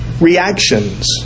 reactions